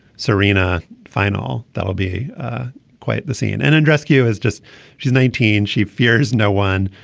serena final that will be quite the scene and and rescue is just she's nineteen. she fears no one.